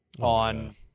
on